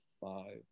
Five